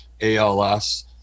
ALS